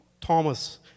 Thomas